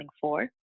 four